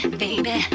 baby